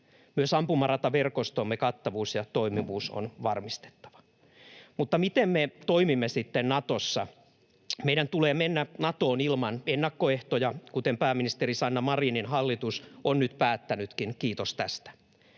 Myös ampumarataverkostomme kattavuus ja toimivuus on varmistettava. Mutta miten me toimimme sitten Natossa? Meidän tulee mennä Natoon ilman ennakkoehtoja, kuten pääministeri Sanna Marinin hallitus on nyt päättänytkin — kiitos tästä.